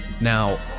Now